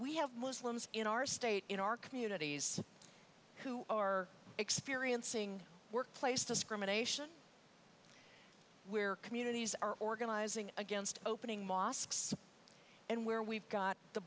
we have muslims in our state in our communities who are experiencing workplace discrimination where communities are organizing against opening mosques and where we've got the